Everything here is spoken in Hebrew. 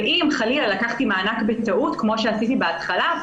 אם חלילה לקחתי מענק בטעות כמו שעשיתי בהתחלה,